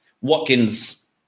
Watkins